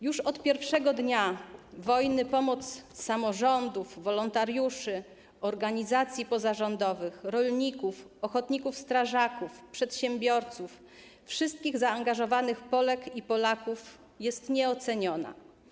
Już od pierwszego dnia wojny pomoc samorządów, wolontariuszy, organizacji pozarządowych, rolników, ochotników strażaków, przedsiębiorców, wszystkich zaangażowanych Polek i Polaków jest nieoceniona.